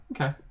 Okay